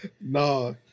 No